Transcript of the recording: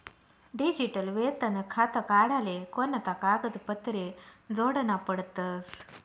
Digital वेतन खातं काढाले कोणता कागदपत्रे जोडना पडतसं?